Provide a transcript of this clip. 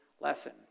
lesson